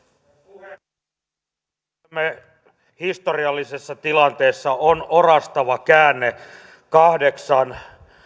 puhemies olemme historiallisessa tilanteessa on orastava käänne kahdeksan